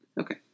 Okay